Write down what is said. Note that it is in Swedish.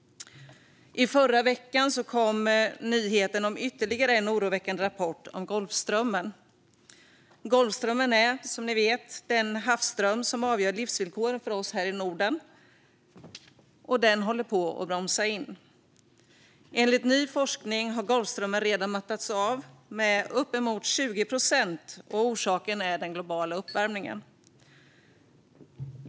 I förra veckan kom nyheten om ytterligare en oroväckande rapport om Golfströmmen. Golfströmmen är, som ni vet, den havsström som avgör livsvillkoren för oss i Norden, och den håller på att bromsa in. Enligt ny forskning har Golfströmmen redan mattats av med uppemot 20 procent, och orsaken är den globala uppvärmningen.